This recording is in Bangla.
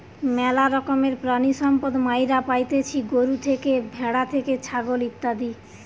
ম্যালা রকমের প্রাণিসম্পদ মাইরা পাইতেছি গরু থেকে, ভ্যাড়া থেকে, ছাগল ইত্যাদি